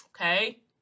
okay